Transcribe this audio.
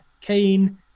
Kane